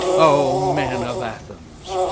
o men of athens,